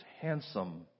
handsome